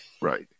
Right